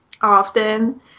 often